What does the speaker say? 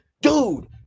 dude